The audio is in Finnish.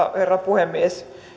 herra puhemies